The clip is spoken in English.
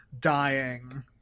dying